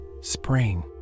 spring